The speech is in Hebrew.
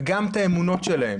וגם את האמונות שלהם.